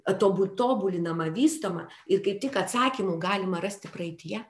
a tobu tobulinama vystoma ir kaip tik atsakymų galima rasti praeityje